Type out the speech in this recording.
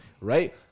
Right